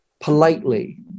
politely